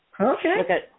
Okay